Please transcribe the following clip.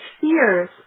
fears